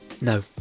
no